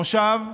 מושב,